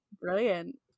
brilliant